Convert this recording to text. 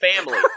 family